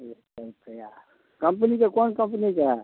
लेत्तै तऽ आ कम्पनीके कोन कम्पनीके हए